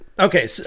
Okay